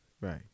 Right